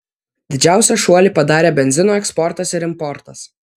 didžiausią šuolį padarė benzino eksportas ir importas